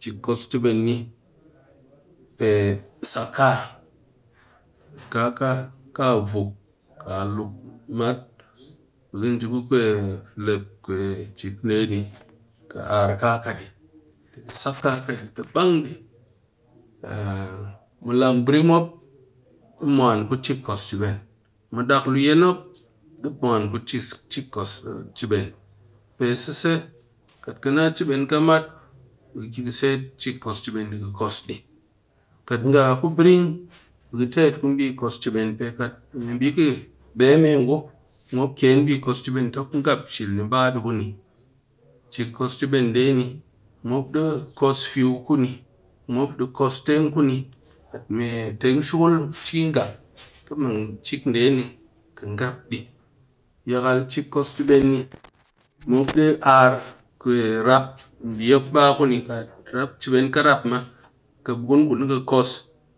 chek nde ni mop di ken pe sak kaa kaa ka vuk kaluk mat be nji ku kwe flep chek nde ki sak di ti bang di mɨ lang brin mop loo bi kos cheben mɨ dak luyen mop mwan ku bi kos cheben pe seise kat ka naa cheben mat be ki ka set bi kos cheben ki kos di kat nga a ku brin be ki tet ku bi kos cheben pe kat me bi bee me ngu bi mop ngap kuni chek kos cheben nde mop kos fuw kuni, mop di kos tenk kuni yakal mop arr rap cheben ka kuni.